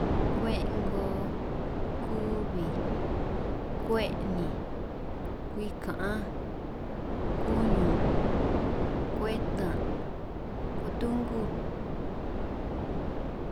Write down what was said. Kwe'ngoo, kubij, kwe'ninj, kwi ka'anj, kuñun', kwetan', kutungu.